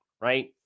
right